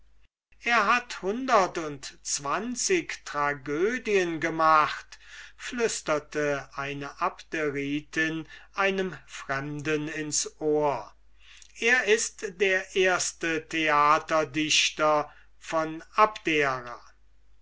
er hat hundertundzwanzig tragödien gemacht flüsterte eine abderitin einem fremden ins ohr s ist der erste theaterdichter von abdera